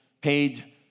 paid